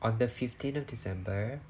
on the fifteen of december